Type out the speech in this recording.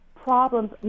problems